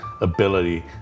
ability